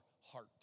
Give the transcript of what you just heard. heart